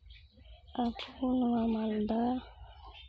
ᱟᱞᱮ ᱴᱷᱮᱡ ᱠᱷᱚᱡ ᱱᱚᱣᱟ ᱢᱟᱞᱫᱟ